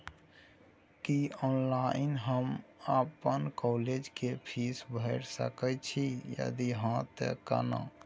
की online हम अपन college के फीस भैर सके छि यदि हाँ त केना?